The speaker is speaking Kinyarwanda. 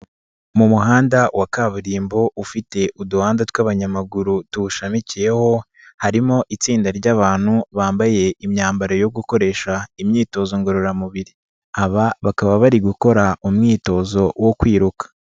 Mu muhanda wa kaburimbo ufite uduhanda tw'abanyamaguru tuwushamikiyeho, harimo itsinda ry'abantu bambaye imyambaro yo gukoresha imyitozo ngororamubiri. Aba bakaba bari gukora umwitozo wo kwiruka.